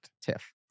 TIFF